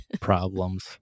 Problems